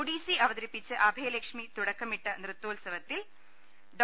ഒഡീസി അവതരിപ്പിച്ച് അഭയ ലക്ഷ്മി തുടക്കമിട്ട നൃത്തോത്സവത്തിൽ ഡോ